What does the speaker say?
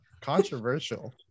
Controversial